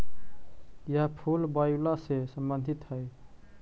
यह फूल वायूला से संबंधित हई